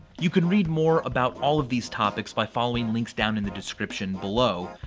you can read more about all of these topics by following links down in the description below.